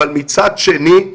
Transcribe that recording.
מצד שני,